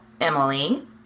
Emily